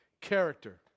character